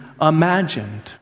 imagined